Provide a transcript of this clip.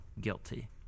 guilty